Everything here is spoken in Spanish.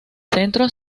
centro